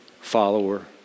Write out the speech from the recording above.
follower